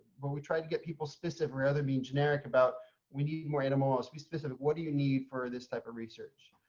but we tried to get people specific rather be generic about we need more animals. be specific. what do you need for this type of research.